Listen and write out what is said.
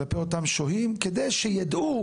כלפי אותם שוהים כדי שידעו